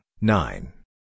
nine